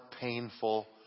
painful